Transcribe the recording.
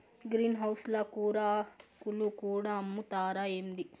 green house ల కూరాకులు కూడా అమ్ముతారా ఏంది